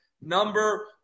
number